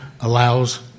allows